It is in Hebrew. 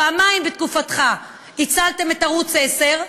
פעמיים בתקופתך הצלתם את ערוץ 10,